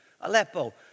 Aleppo